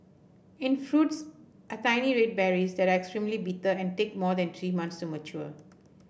its fruits are tiny red berries that are extremely bitter and take more than three months to mature